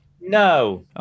no